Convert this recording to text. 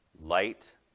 light